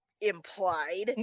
implied